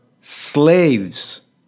slaves